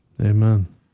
amen